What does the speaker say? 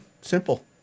Simple